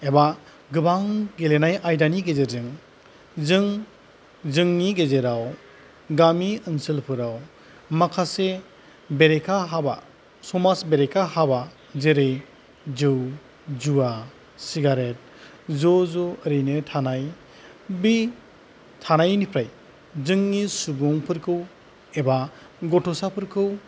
एबा गोबां गेलेनायनि आयदानि गेजेरजों जों जोंनि गेजेराव गामि ओनसोलफोराव माखासे बेरेखा हाबा समाज बेरेखा हाबा जेरै जौ जुवा सिगारेट ज' ज' ओरैनो थानाय बे थानायनिफ्राय जोंनि सुबुंफोरखौ एबा गथ'साफोरखौ